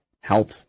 help